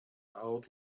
out